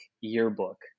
yearbook